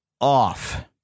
off